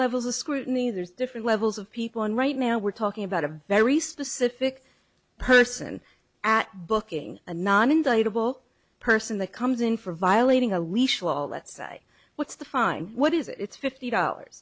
levels of scrutiny there's different levels of people on right now we're talking about a very specific person at booking a non indict a ball person that comes in for violating a leash law let's say what's the fine what is it it's fifty dollars